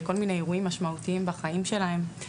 אורחת בכל מיני אירועים משמעותיים בחיים שלהם.